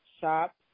shop